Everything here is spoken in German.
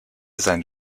seinen